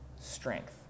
strength